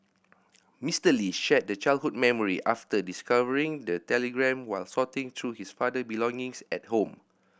Mister Lee shared the childhood memory after discovering the telegram while sorting through his father belongings at home